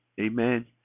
Amen